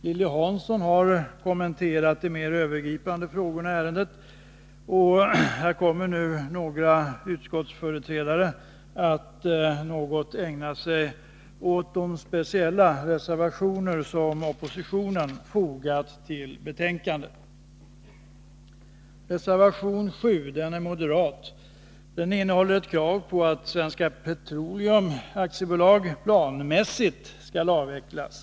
Lilly Hansson har kommenterat de mer övergripande frågorna i ärendet, och nu kommer några utskottsföreträdare att något ägna sig åt de speciella reservationer som oppositionen har fogat till betänkandet. Reservation 7 är moderat och innehåller ett krav på att Svenska Petroleum AB planmässigt skall avvecklas.